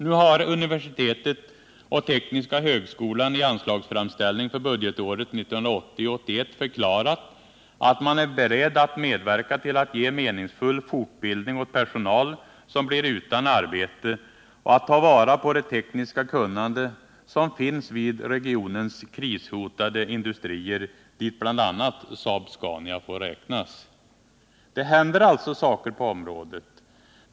Nu har universitetet och tekniska högskolan i anslagsframställning för budgetåret 1980/81 förklarat att man är beredd att medverka till att ge meningsfull fortbildning åt personal som blir utan arbete och att ta vara på det tekniska kunnande som finns vid regionens krishotade industrier, dit bl.a. Saab-Scania får räknas. Det händer alltså saker på området.